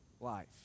life